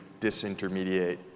disintermediate